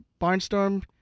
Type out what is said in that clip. barnstorm